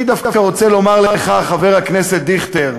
אני דווקא רוצה לומר לך, חבר הכנסת דיכטר,